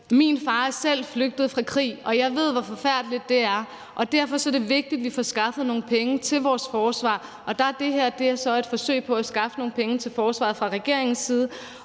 Min far er selv flygtet fra krig, og jeg ved, hvor forfærdeligt det er. Derfor er det vigtigt, at vi får skaffet nogle penge til vores forsvar, og det her er så et forsøg på at skaffe nogle penge til forsvaret fra regeringens side.